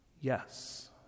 Yes